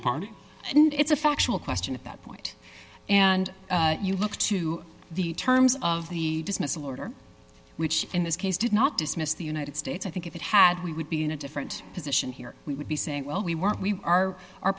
a party and it's a factual question at that point and you look to the terms of the dismissal order which in this case did not dismiss the united states i think if it had we would be in a different position here we would be saying well we weren't we are our